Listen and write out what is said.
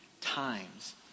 times